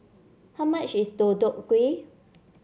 how much is Deodeok Gui